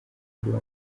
mugore